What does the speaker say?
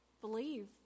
believe